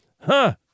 Huh